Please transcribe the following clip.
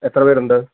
എത്ര പേരുണ്ട്